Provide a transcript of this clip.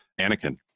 Anakin